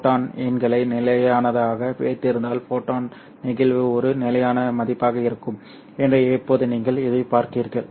photon எண்களை நிலையானதாக வைத்திருந்தால் ஃபோட்டான் நெகிழ்வு ஒரு நிலையான மதிப்பாக இருக்கும் என்று இப்போது நீங்கள் எதிர்பார்க்கிறீர்கள்